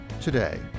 today